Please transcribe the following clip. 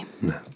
No